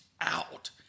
out